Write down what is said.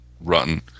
run